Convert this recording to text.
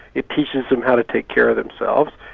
it teaches them how to take care of themselves,